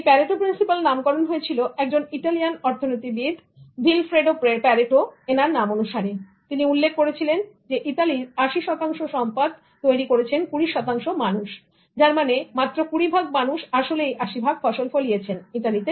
Pareto principle নামকরণ হয়েছিল একজন ইটালিয়ান অর্থনীতিবীদVilfredo Pareto এনার নাম অনুসারে যিনি উল্লেখ করেছিলেন ইতালির 80 শতাংশ সম্পদ তৈরি করেছেন 20 শতাংশ মানুষ যার মানে মাত্র কুড়ি ভাগ মানুষ আসলেই 80 ভাগ ফসল ফলিয়েছেন ইতালিতে